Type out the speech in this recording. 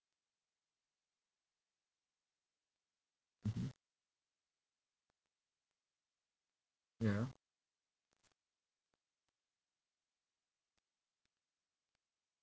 mmhmm yeah